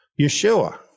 Yeshua